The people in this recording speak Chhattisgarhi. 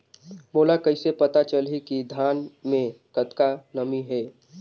मोला कइसे पता चलही की धान मे कतका नमी हे?